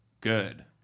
good